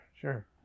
Sure